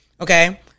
Okay